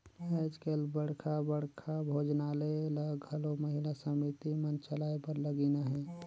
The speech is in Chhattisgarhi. आएज काएल बड़खा बड़खा भोजनालय ल घलो महिला समिति मन चलाए बर लगिन अहें